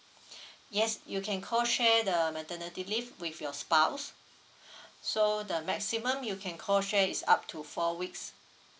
yes you can call share the maternity leave with your spouse so the maximum you can call share is up to four weeks